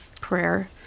prayer